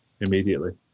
immediately